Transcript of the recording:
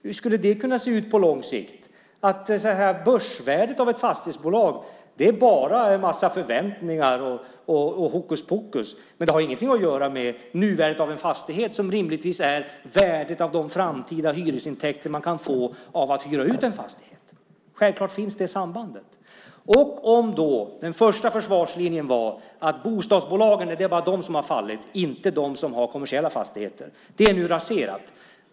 Hur skulle det se ut på lång sikt om börsvärdet av ett fastighetsbolag bara är en mängd förväntningar och hokuspokus men inte har något att göra med nuvärdet av en fastighet som rimligtvis är värdet av de framtida hyresintäkter man kan få genom att hyra ut fastigheten? Självklart finns det sambandet. Om den första försvarslinjen var att det bara är bostadsbolagen som fallit, inte de som har kommersiella fastigheter, är den nu raserad.